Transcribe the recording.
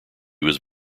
was